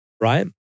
Right